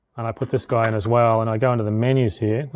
and i put this guy in as well, and i go into the menus here,